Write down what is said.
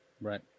Right